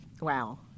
Wow